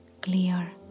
clear